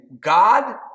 God